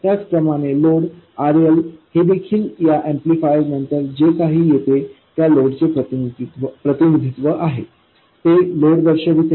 त्याचप्रमाणे लोड RLहे देखील या एम्पलीफायर नंतर जे काही येते त्या लोड चे प्रतिनिधित्व आहे ते लोड दर्शवते